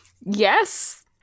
Yes